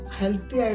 healthy